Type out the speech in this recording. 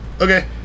Okay